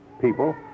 people